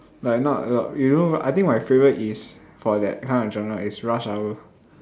like not a lot you know I think my favourite is for that kind of genre is rush hour